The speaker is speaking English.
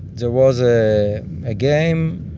there was ah a game,